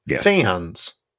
fans